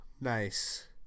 Nice